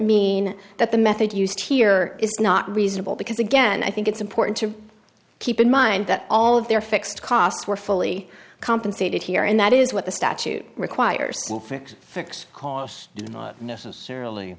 mean that the method used here is not reasonable because again i think it's important to keep in mind that all of their fixed costs were fully compensated here and that is what the statute requires to fix fixed cost not necessarily